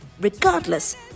regardless